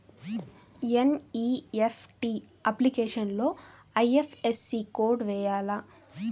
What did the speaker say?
NEFT అప్లికేషన్లో IFSC code వేయాలా?